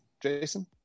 jason